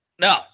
No